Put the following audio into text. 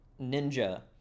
Ninja